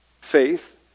faith